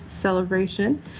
Celebration